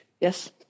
yes